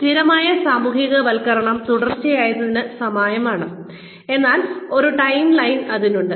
സ്ഥിരമായ സാമൂഹികവൽക്കരണം തുടർച്ചയായതിന് സമാനമാണ് എന്നാൽ ഒരു ടൈംലൈൻ അതിനുണ്ട്